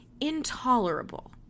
intolerable